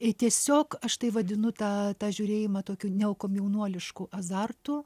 tiesiog aš tai vadinu tą tą žiūrėjimą tokiu neokomjaunuolišku azartu